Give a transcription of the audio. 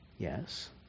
Yes